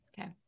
okay